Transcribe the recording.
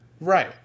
Right